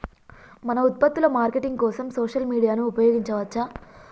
మన ఉత్పత్తుల మార్కెటింగ్ కోసం సోషల్ మీడియాను ఉపయోగించవచ్చా?